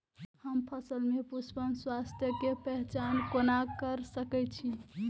हम फसल में पुष्पन अवस्था के पहचान कोना कर सके छी?